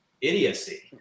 idiocy